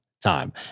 time